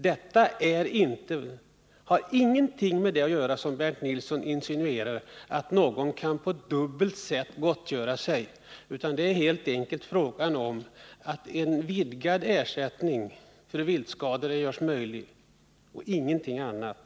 Detta har ingenting att göra med det som Bernt Nilsson insinuerar, att någon kan skaffa sig dubbel gottgörelse. Det är fråga om en vidgad ersättning för viltskador och ingenting annat.